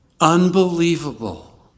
unbelievable